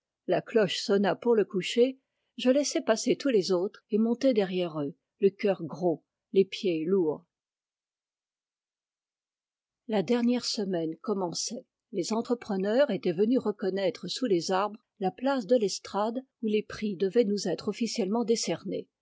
la cloche sonna pour le coucher je laissai passer tous les autres et montai derrière eux le cœur gros les pieds lourds la dernière semaine commençait les entrepreneurs étaient venus reconnaître sous les arbres la place de l'estrade où les prix devaient nous être officiellement décernés